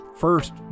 first